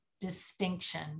distinction